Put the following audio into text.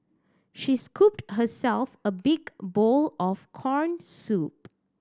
she scooped herself a big bowl of corn soup